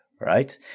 right